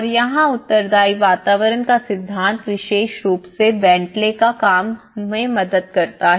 और यहाँ उत्तरदायी वातावरण का सिद्धांत विशेष रूप से बेंटले का काम मदद करता है